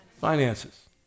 Finances